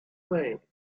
way